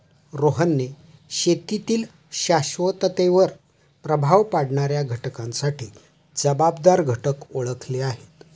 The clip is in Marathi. रोहनने शेतीतील शाश्वततेवर प्रभाव पाडणाऱ्या घटकांसाठी जबाबदार घटक ओळखले आहेत